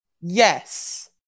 Yes